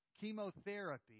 chemotherapy